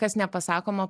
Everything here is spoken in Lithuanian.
kas nepasakoma